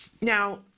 Now